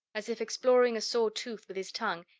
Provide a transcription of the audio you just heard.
as if exploring a sore tooth with his tongue,